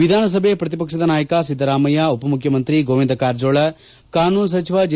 ವಿಧಾನಸಭೆ ಪ್ರತಿಪಕ್ಷ ನಾಯಕ ಸಿದ್ದರಾಮಯ್ಯ ಉಪಮುಖ್ಯಮಂತ್ರಿ ಗೋವಿಂದ ಕಾರಜೋಳ ಕಾನೂನು ಸಚಿವ ಜೆ